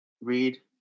read